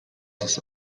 aus